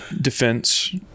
defense